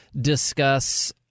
discuss